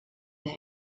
der